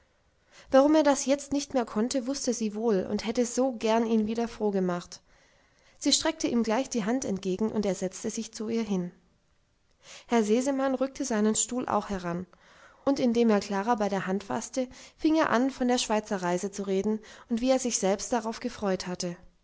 warum er das jetzt nicht mehr konnte wußte sie wohl und hätte so gern ihn wieder froh gemacht sie streckte ihm gleich die hand entgegen und er setzte sich zu ihr hin herr sesemann rückte seinen stuhl auch heran und indem er klara bei der hand faßte fing er an von der schweizerreise zu reden und wie er sich selbst darauf gefreut hatte